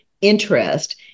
interest